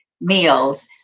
meals